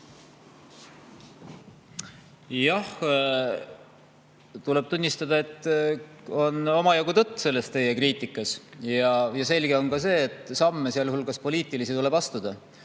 Jah, tuleb tunnistada, et omajagu on tõtt teie kriitikas. Selge on ka see, et samme, sealhulgas poliitilisi, tuleb astuda.